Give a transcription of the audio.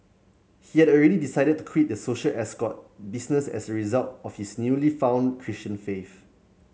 he had already decided to quit the social escort business as a result of his newly found Christian faith